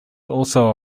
also